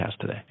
today